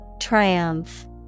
Triumph